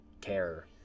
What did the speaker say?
care